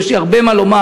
יש לי הרבה מה לומר,